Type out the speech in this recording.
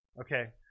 Okay